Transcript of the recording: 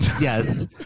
Yes